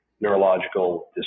neurological